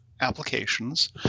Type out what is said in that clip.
applications